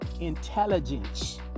intelligence